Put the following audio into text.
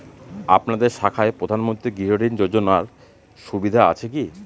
আপনাদের শাখায় প্রধানমন্ত্রী গৃহ ঋণ যোজনার সুবিধা আছে কি?